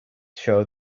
show